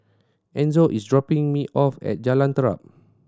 Enzo is dropping me off at Jalan Terap